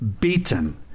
Beaten